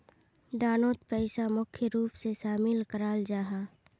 दानोत पैसा मुख्य रूप से शामिल कराल जाहा